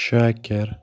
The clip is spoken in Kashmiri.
شاکِر